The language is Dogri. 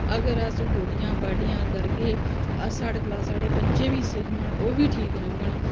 अगर अस गोड्डियां बाढ़ियां करगे अस साढ़े कोला साढ़े बच्चें बी सिखगङन ओह् बी ठीक रौंह्ङन